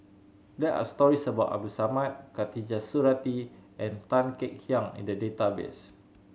there are stories about Abdul Samad Khatijah Surattee and Tan Kek Hiang in the database